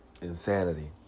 Insanity